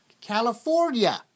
California